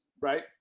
right